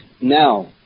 now